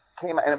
came